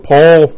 Paul